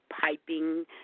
piping